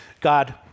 God